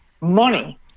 money